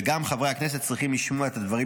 וגם חברי הכנסת צריכים לשמוע את הדברים